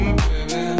baby